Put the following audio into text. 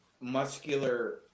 muscular